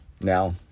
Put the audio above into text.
Now